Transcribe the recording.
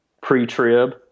pre-trib